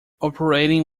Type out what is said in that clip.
operating